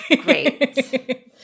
Great